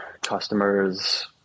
customers